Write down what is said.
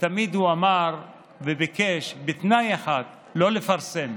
ותמיד הוא אמר וביקש תנאי אחד: לא לפרסם.